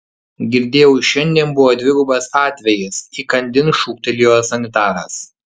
girdėjau šiandien buvo dvigubas atvejis įkandin šūktelėjo sanitaras